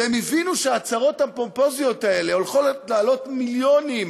והבינו שההצהרות הפומפוזיות האלה הולכות לעלות מיליונים,